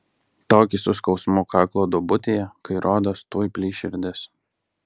tokį su skausmu kaklo duobutėje kai rodos tuoj plyš širdis